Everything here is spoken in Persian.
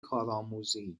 کارآموزی